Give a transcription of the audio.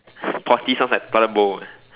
potty sounds like toilet bowl eh